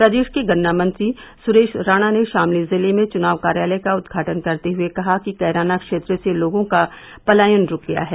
प्रदेश के गन्ना मंत्री सुरेश राणा ने शामली जिले में चुनाव कार्यालय का उद्घाटन करते हुए कहा कि कैराना क्षेत्र से लोगों का पलायन रूक गया है